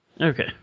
Okay